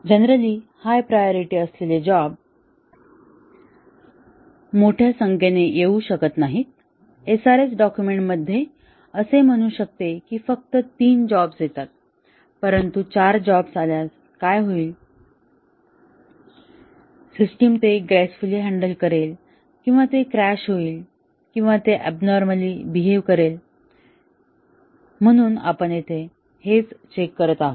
generally high priority असलेले job मोठ्या संख्येने येऊ शकत नाहीत SRS डॉक्युमेंट असे म्हणू शकते की फक्त 3 जॉब्स येतात परंतु 4 जॉब्स आल्यास काय होईल सिस्टम ते ग्रेसफुली हॅन्डल करेल किंवा ते क्रॅश होईल किंवा ते ऍबनॉर्मली बेहेव करेल म्हणून आपण येथे हेच चेक करत आहोत